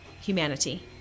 humanity